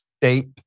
state